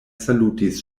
salutis